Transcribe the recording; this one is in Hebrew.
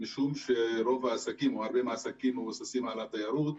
משום שהרבה מהעסקים מבוססים על תיירות.